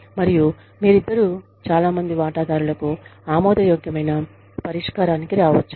మరియు మీరిద్దరూ చాలా మంది వాటాదారులకు ఆమోదయోగ్యమైన పరిష్కారానికి రావచ్చు